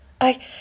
I